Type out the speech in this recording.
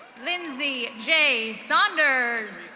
lindsay j saunders.